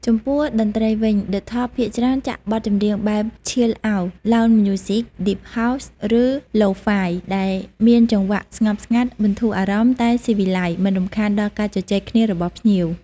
ចំពោះតន្ត្រីវិញ ឌឹ ថប់ ភាគច្រើនចាក់បទចម្រៀងបែប ឈីលអោត (Chill Out), ឡោនច៍ ម្យូស៊ិក (Lounge Music), ឌីប ហោស៍ (Deep House) ឬ ឡូហ្វាយ (Lo-Fi) ដែលមានចង្វាក់ស្ងប់ស្ងាត់ បន្ធូរអារម្មណ៍ តែស៊ីវិល័យ មិនរំខានដល់ការជជែកគ្នារបស់ភ្ញៀវ។